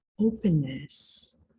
openness